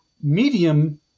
medium